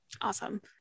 Awesome